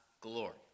glory